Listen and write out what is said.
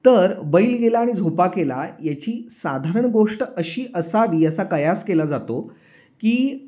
तर बैल गेला आणि झोपा केला याची साधारण गोष्ट अशी असावी असा कयास केला जातो की